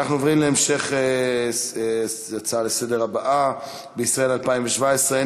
נעבור להצעות לסדר-היום בנושא: בישראל 2017 אין